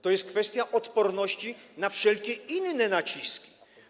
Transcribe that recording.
To jest kwestia odporności na wszelkie inne naciski.